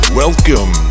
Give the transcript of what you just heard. welcome